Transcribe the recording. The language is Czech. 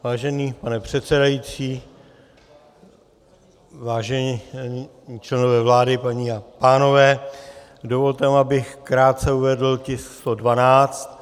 Vážený pane předsedající, vážení členové vlády, paní a pánové, dovolte mi, abych krátce uvedl tisk 112.